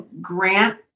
grant